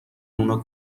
اونا